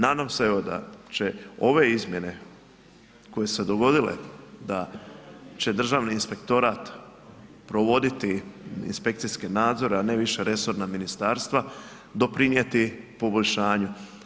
Nadam se evo da će ove izmjene koje su se dogodile, da će Državni inspektorat provoditi inspekcijske nadzore a ne više resorna ministarstva doprinijeti poboljšanju.